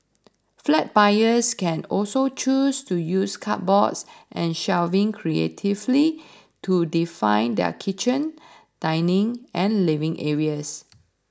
flat buyers can also choose to use cupboards and shelving creatively to define their kitchen dining and living areas